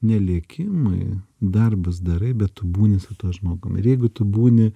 ne lekimui darbus darai bet tu būni su tuo žmogum ir jeigu tu būni